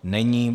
Není.